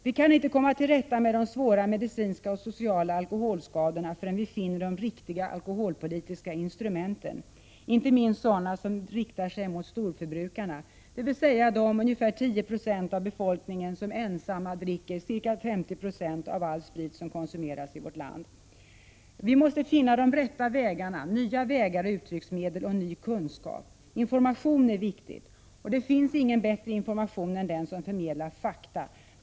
Vi kan inte komma till rätta med de svåra medicinska och sociala alkoholskadorna förrän vi finner de riktiga alkoholpolitiska instrumenten — inte minst sådana som riktar sig mot storförbrukarna, dvs. de ungefär 10 9 av befolkningen som ensamma dricker ca 50 96 av all sprit som konsumeras i vårt land. Vi måste finna de rätta vägarna, nya vägar och uttrycksmedel och ny kunskap. Information är viktigt. Och det finns ingen bättre information än den som förmedlar fakta.